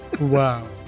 Wow